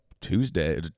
Tuesday